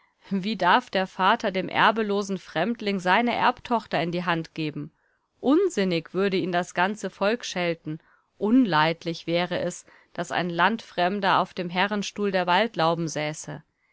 wie darf der vater dem erbelosen fremdling seine erbtochter in die hand geben unsinnig würde ihn das ganze volk schelten unleidlich wäre es daß ein landfremder auf dem herrenstuhl der waldlauben säße